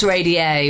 Radio